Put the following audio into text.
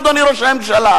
אדוני ראש הממשלה.